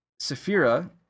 Safira